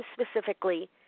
specifically